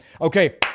Okay